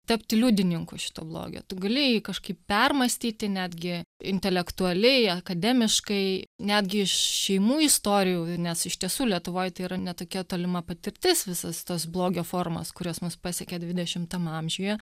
tapti liudininku šito blogio tu gali jį kažkaip permąstyti netgi intelektualiai akademiškai netgi šeimų istorijų nes iš tiesų lietuvoj tai yra ne tokia tolima patirtis visos tos blogio formas kurios mus pasiekė dvidešimtam amžiuje